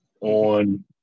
On